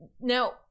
Now